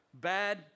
bad